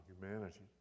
humanity